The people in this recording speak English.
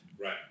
Right